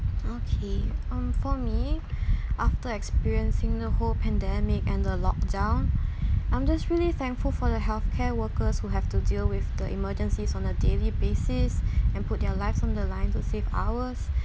okay um for me after experiencing the whole pandemic and the lockdown I'm just really thankful for the healthcare workers who have to deal with the emergencies on a daily basis and put their lives on the line to save ours